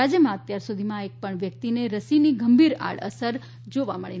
રાજ્યમાં અત્યારસુધીમાં એકપણ વ્યક્તિને રસીની ગંભીર આડઅસર જોવા મળી નથી